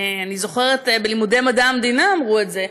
אני זוכרת שבלימודי מדעי המדינה אמרו את זה: